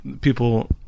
people